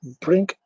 Bring